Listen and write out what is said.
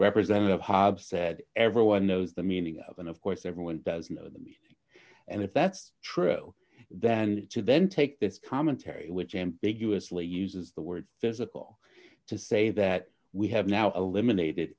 represent of have said everyone knows the meaning of and of course everyone does know and if that's true then to then take this commentary which ambiguously uses the word physical to say that we have now eliminated